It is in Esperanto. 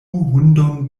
hundon